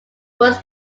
was